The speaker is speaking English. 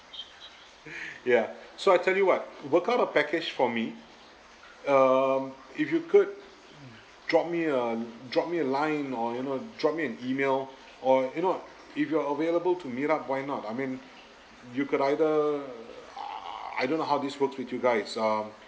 ya so I tell you what work out a package for me um if you could drop me a drop me line or you know drop me an email or you know what if you're available to meet up why not I mean you could either I don't know how this works with you guys um